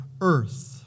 earth